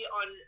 on